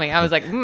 i was like,